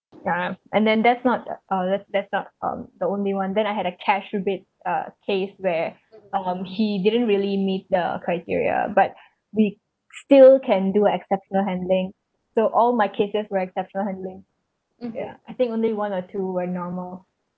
uh and then that's not uh that that's not uh the only one then I had a cash rebate uh case where um he didn't really meet the criteria but we still can do exceptional handling so all my cases were exceptional handling I think only one or two were normal